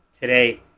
today